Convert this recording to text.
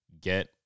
get